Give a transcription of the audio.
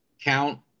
count